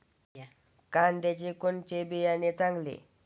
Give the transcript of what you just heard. कांद्याचे कोणते बियाणे चांगले?